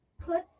puts